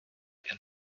and